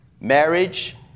marriage